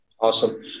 Awesome